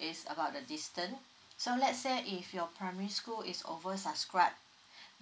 is about the distance so let's say if your primary school is over subscribe